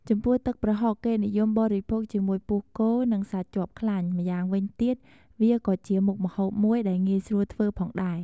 ចំពោះទឹកប្រហុក គេនិយមបរិភោគជាមួយពោះគោ និងសាច់ជាប់ខ្លាញ់ ម្យ៉ាងវិញទៀត វាក៏ជាមុខម្ហូបមួយដែលងាយស្រួលធ្វើផងដែរ។